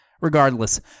Regardless